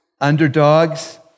underdogs